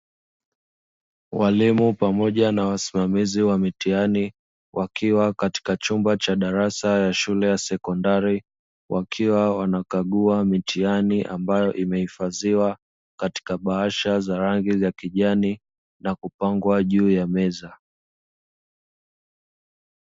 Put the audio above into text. Walimu pamoja na wasimamizi wa mitihani, wakiwa katika chumba cha darasa ya shule ya sekondari, wakiwa wanakagua mitihani ambayo imehifadhiwa katika bahasha za rangi ya kijani na kupangwa juu ya meza.